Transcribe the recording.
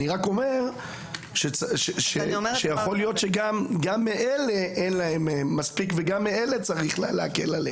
אני רק אומר שיכול להיות שגם מאלה אין להם מספיק וגם עליהם צריך להקל.